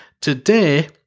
Today